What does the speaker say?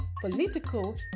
political